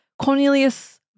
Cornelius